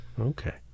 Okay